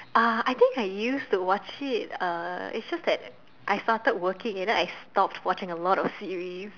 uh I think I used to watch it uh it's just that I started working and then I stopped watching a lot of series